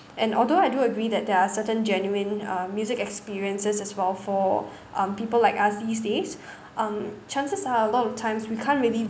and although I do agree that there are certain genuine uh music experiences as well for um people like us these days um chances are a lot of times we can't really